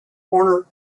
horner